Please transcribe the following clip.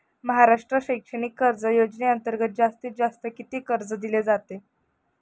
महाराष्ट्र शैक्षणिक कर्ज योजनेअंतर्गत जास्तीत जास्त किती कर्ज दिले जाते?